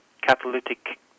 catalytic